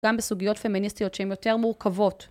גם בסוגיות פמיניסטיות שהן יותר מורכבות.